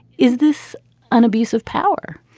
is this an abuse of power?